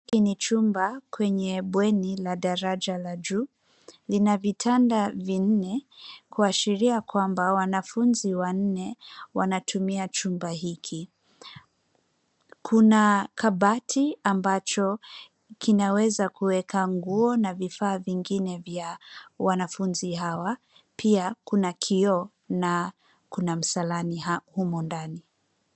Hiki ni chumba kwenye bweni la daraja la juu. Lina vitanda vinne kuashiria kwamba wanafunzi wanne wanatumia chumba hiki. Kuna kabati ambacho kinaweza kuweka nguo na vifaa vingine vya wanafunzi hawa. Pia kuna kioo na kuna msalani humo ndani.